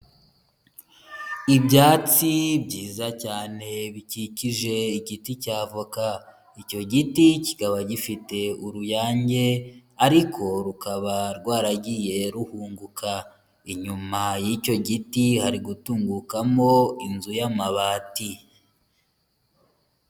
Ibyatsi byiza cyane bikikije igiti cya avoka, icyo giti kikaba gifite uruyange ariko rukaba rwaragiye ruhunguka, inyuma y'icyo giti hari gutungukamo inzu y'amabati.